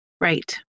Right